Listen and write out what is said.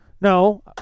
No